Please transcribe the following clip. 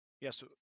Yes